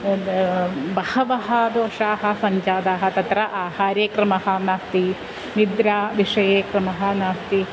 यद् बहवः दोषाः सञ्जाताः तत्र आहारे क्रमः नास्ति निद्राविषये क्रमः नास्ति